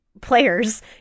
players